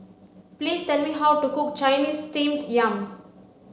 please tell me how to cook Chinese steamed yam